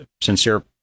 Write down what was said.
sincere